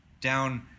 down